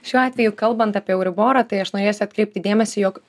šiuo atveju kalbant apie euriborą tai aš norėsiu atkreipti dėmesį jog